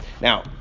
Now